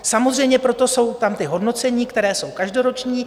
Samozřejmě proto jsou tam ta hodnocení, která jsou každoroční.